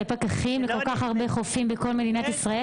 פקחים עם כל כך הרבה חופים במדינת ישראל.